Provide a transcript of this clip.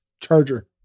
Charger